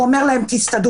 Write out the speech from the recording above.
הוא אומר להם שיסתדרו,